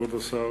כבוד השר,